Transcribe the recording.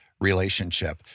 relationship